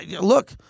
Look